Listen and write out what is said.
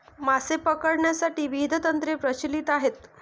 मासे पकडण्यासाठी विविध तंत्रे प्रचलित आहेत